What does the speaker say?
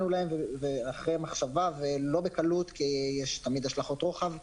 אחרי מחשבה ולא בקלות כי יש תמיד הלשכות רוחב,